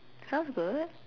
sounds good